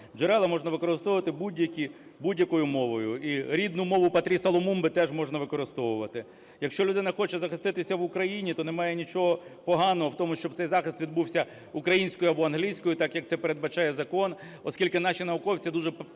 Джерела можна використовувати будь-які, будь-якою мовою. І рідну мову Патріса Лумумби теж можна використовувати. Якщо людина хоче захиститися в Україні, то немає нічого поганого в тому, щоб цей захист відбувся українською або англійською, так, як це передбачає закон, оскільки наші науковці дуже